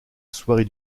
soirée